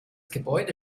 gebäude